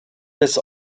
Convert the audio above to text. des